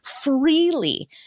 freely